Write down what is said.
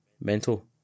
mental